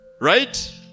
Right